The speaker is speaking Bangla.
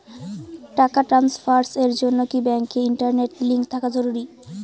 টাকা ট্রানস্ফারস এর জন্য কি ব্যাংকে ইন্টারনেট লিংঙ্ক থাকা জরুরি?